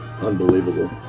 Unbelievable